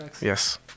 yes